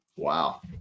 Wow